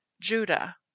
Judah